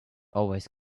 always